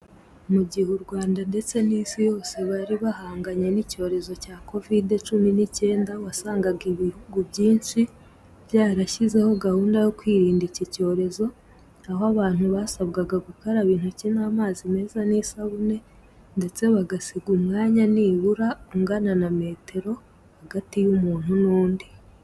Mu gihe u Rwanda ndetse n'isi yose bari bahanganye n'icyorezo cya Kovide cumi n'icyenda, wasangaga ibihugu byinshi byarashyizeho gahunda yo kwirinda iki cyorezo, aho abantu basabwaga gukaraba intoki n'amazi meza n'isabune ndetse bagasiga umwanya nibura ungana na metero hagati y'umuntu n'undi.